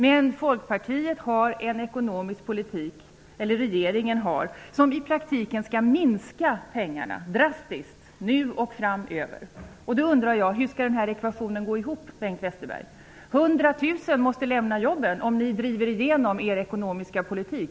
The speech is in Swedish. Men regeringen driver en ekonomisk politik som i praktiken drastiskt minskar pengarna, nu och framöver, för kommuner och landsting. Då undrar jag: Hur skall den ekvationen gå ihop, Bengt Westerberg? 100 000 måste lämna jobben just inom sjukvården om ni driver igenom er ekonomiska politik.